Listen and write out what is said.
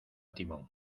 timón